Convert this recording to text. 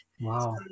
Wow